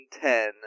ten